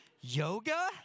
Yoga